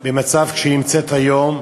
במצב שהיא נמצאת היום,